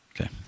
Okay